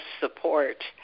support